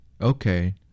Okay